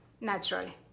naturally